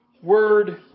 word